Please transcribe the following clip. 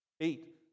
Eight